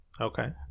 Okay